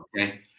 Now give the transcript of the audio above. Okay